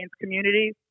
community